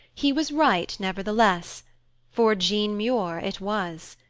he was right nevertheless for jean muir it was.